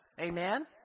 Amen